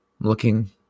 looking